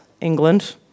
England